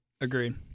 Agreed